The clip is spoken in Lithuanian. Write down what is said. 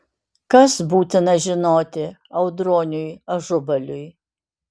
kas būtina žinoti audroniui ažubaliui